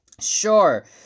Sure